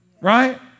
right